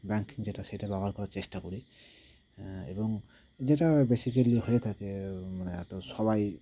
banking যেটা সেটা ব্যবহার করার চেষ্টা করি এবং যেটা বেসিক্যালি হয়ে থাকে মানে এত সবাই